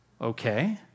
Okay